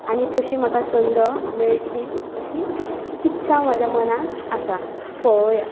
आनी तशी म्हाका संद मेळटली अशी इच्छा म्हज्या मनांत आसा पळोवया